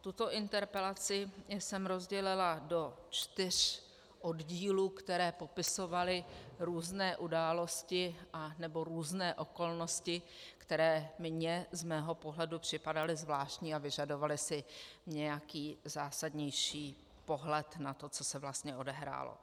Tuto interpelaci jsem rozdělila do čtyř oddílů, které popisovaly různé události anebo různé okolnosti, které mně z mého pohledu připadaly zvláštní a vyžadovaly si nějaký zásadnější pohled na to, co se vlastně odehrálo.